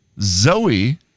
Zoe